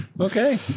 Okay